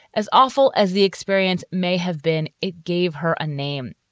as awful as the experience may have been. it gave her a name.